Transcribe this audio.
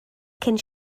cyn